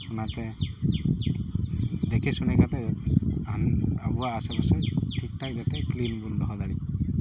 ᱚᱱᱟᱛᱮ ᱫᱮᱠᱷᱮ ᱥᱩᱱᱮ ᱠᱟᱛᱮ ᱟᱵᱚᱣᱟ ᱟᱥᱮ ᱯᱟᱥᱮ ᱴᱷᱤᱠ ᱴᱷᱟᱠ ᱡᱟᱛᱮ ᱠᱤᱞᱤᱱ ᱵᱚᱱ ᱫᱚᱦᱚ ᱫᱟᱲᱮᱜ